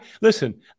Listen